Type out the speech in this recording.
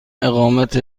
اقامت